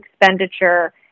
expenditure